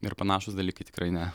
ir panašūs dalykai tikrai ne